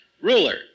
ruler